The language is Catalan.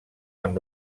amb